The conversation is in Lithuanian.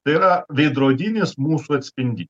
tai yra veidrodinis mūsų atspindį